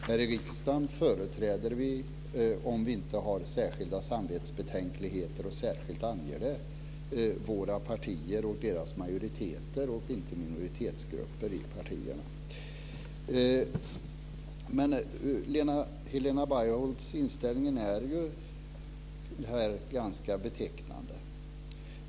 Fru talman! Här i riksdagen företräder vi, om vi inte har särskilda samvetsbetänkligheter och särskilt anger det, våra partier och deras majoriteter, inte minoritetsgrupper i partierna. Helena Bargholtz inställning är ganska betecknande.